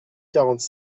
quarante